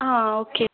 हा ओके